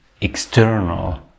external